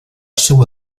seua